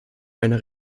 einer